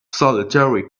solitary